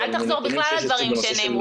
אבל מנתונים --- אל תחזור בכלל על דברים שנאמרו,